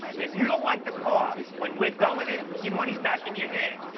if you don't like the car, when we're done with it, your money's back in your hand.